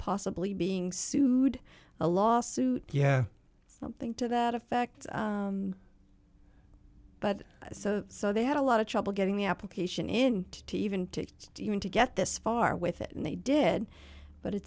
possibly being sued a lawsuit yeah something to that effect but so so they had a lot of trouble getting the application in to even to do you want to get this far with it and they did but it